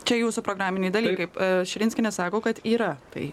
čia jūsų programiniai dalykai širinskienė sako kad yra tai